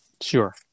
Sure